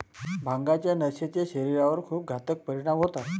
भांगाच्या नशेचे शरीरावर खूप घातक परिणाम होतात